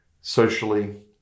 socially